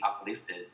uplifted